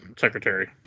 secretary